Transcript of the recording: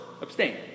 abstain